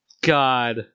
God